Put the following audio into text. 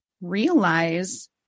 realize